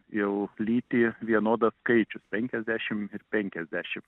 jau lytį vienodas skaičius penkiasdešim ir penkiasdeši